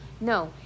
no